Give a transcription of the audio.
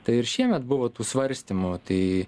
tai ir šiemet buvo tų svarstymų tai